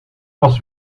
was